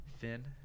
thin